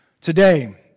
Today